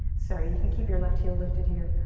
sorry, you can keep your left heel lifted here,